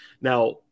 Now